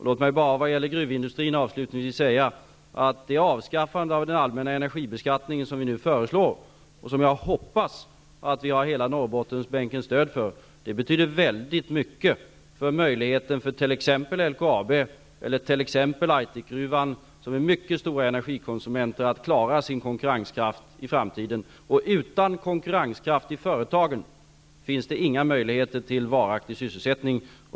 Låt mig när det gäller gruvindustrin bara avslutningsvis säga att det avskaffande av den allmänna energibeskattningen som vi nu föreslår och som jag hoppas att vi har stöd för från hela Norrbottensbänken här i kammaren betyder väldigt mycket för möjligheten för t.ex. LKAB och Aitikgruvan, som är mycket stora energikonsumenter, och deras möjligheter att i framtiden klara sin konkurrenskraft. Utan konkurrenskraft i företagen finns det inga möjligheter till varaktig sysselsättning.